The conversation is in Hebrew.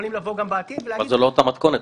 יכולים לבוא גם בעתיד ולהגיד --- אבל זו לא אותה מתכונת.